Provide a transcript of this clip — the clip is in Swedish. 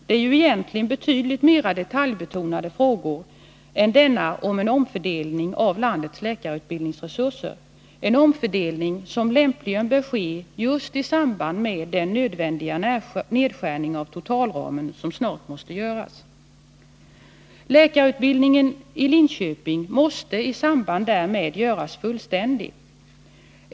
Det är ju egentligen betydligt mer detaljbetonade frågor än denna om en omfördelning av landets läkarutbildningsresurser, en omfördelning som lämpligen bör ske just i samband med den nödvändiga nedskärning av totalramen som snart måste göras. Läkarutbildningen i Linköping måste i samband därmed göras fullständig.